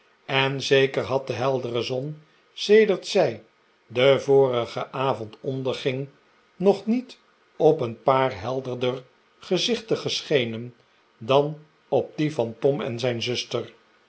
en zeker had de heldere zon sedert zij den vorigen avond onderging nog niet op een paar helderder gezichten geschenen dan op die van tom en zijn zuster